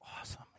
awesome